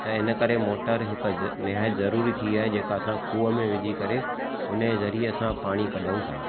हिन करे मोटर हिकु निहायत ज़रूरी थी आहे जेका असां खूह में विझी करे हुन जे ज़रिए असां पाणी कढूं था